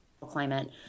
climate